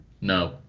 No